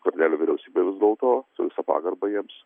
skvernelio vyriausybė vis dėlto su visa pagarba jiems